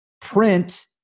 print